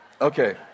Okay